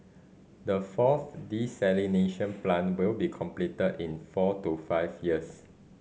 the fourth desalination plant will be completed in four to five years